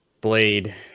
Blade